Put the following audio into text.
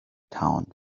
town